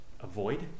avoid